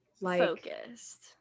focused